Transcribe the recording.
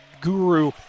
guru